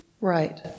Right